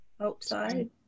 outside